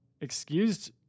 excused